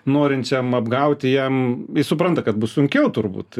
norinčiam apgauti jam supranta kad bus sunkiau turbūt